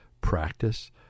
practice